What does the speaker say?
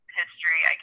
history